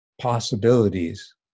possibilities